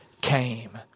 came